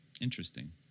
Interesting